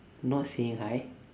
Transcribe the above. not saying hi